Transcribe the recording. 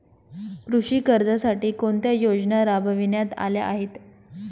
कृषी कर्जासाठी कोणत्या योजना राबविण्यात आल्या आहेत?